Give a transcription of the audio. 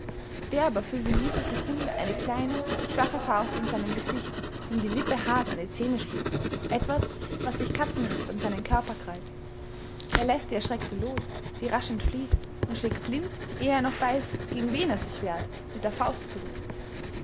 der aber fühlt in dieser sekunde eine kleine schwache faust in seinem gesicht die ihm die lippe hart an die zähne schlägt etwas was sich katzenhaft an seinen körper krallt er läßt die erschreckte los die rasch entflieht und schlägt blind ehe er noch weiß gegen wen er sich wehrt mit der faust zurück